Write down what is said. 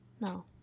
No